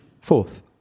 fourth